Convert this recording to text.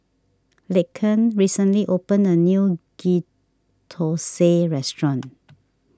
Laken recently opened a new Ghee Thosai restaurant